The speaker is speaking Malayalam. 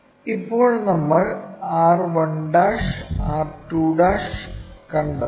ഇപ്പോൾ നമ്മൾ r 1 r 2 കണ്ടെത്തണം